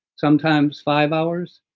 sometimes five hours.